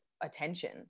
attention